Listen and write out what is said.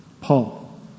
Paul